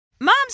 Moms